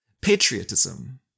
patriotism